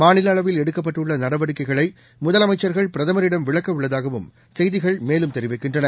மாநில அளவில் எடுக்கப்பட்டுள்ள நடவடிக்கைகளை முதலமைச்சர்கள் பிரதமரிடம் விளக்க உள்ளதாகவும் செய்திகள் மேலும் தெரிவிக்கின்றன